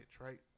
right